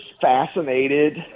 fascinated